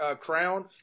crown